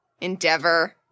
endeavor